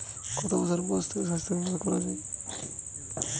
কত বছর বয়স থেকে স্বাস্থ্যবীমা করা য়ায়?